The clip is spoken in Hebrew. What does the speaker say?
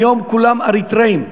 היום כולם אריתריאים,